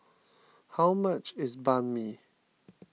how much is Banh Mi